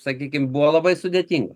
sakykim buvo labai sudėtinga